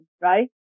right